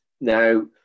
Now